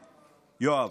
יואב,